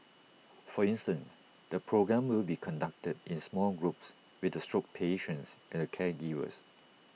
for instance the programme will be conducted in small groups with the stroke patients and their caregivers